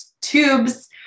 tubes